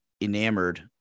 enamored